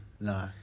No